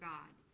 God